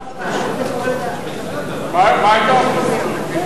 מה היתה ההפרזה?